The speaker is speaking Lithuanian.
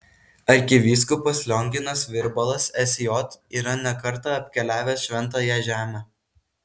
arkivyskupas lionginas virbalas sj yra ne kartą apkeliavęs šventąją žemę